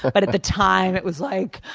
but but at the time, it was like,